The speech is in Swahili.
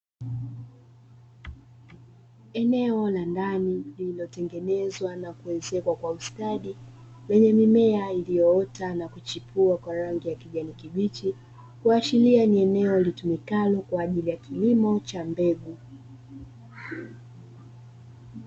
Eneo la ndani lililotengenezwa na kuezekwa kwa ustadi lenye mimea iliyoota na kuchipua kwa rangi ya kijani kibichi, kuashiria ni eneo litumikalo kwa ajili ya kilimo cha mbegu.